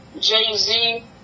Jay-Z